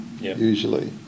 usually